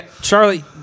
Charlie